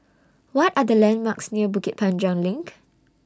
What Are The landmarks near Bukit Panjang LINK